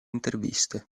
interviste